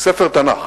ספר תנ"ך